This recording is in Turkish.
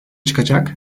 çıkacak